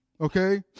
Okay